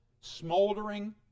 smoldering